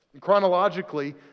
chronologically